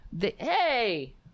Hey